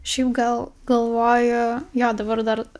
šiaip gal galvoju jo dabar dar